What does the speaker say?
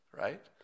right